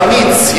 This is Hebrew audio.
אמיץ,